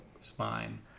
spine